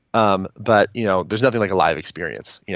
um but you know there's nothing like a live experience. yeah